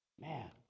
Man